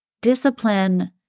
discipline